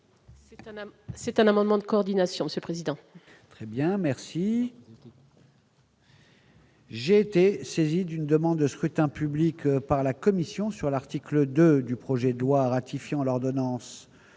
c'est un moment de coordination ce président. Très bien, merci. J'ai été saisi d'une demande de scrutin public par la commission sur l'article 2 du projet de loi ratifiant l'ordonnance